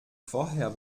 vorher